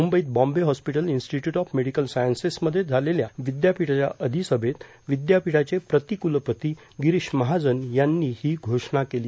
मुंबईत Bombay hospital institute of medical सायन्सेसमध्ये झालेल्या विद्यापीठाच्या अधिसभेत विद्यापीठाचे प्रति क्लपती गिरीष महाजन यांनी ही घोषणा केली